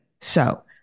So-